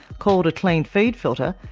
called a cleanfeed filter,